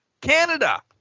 canada